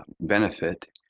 benefit,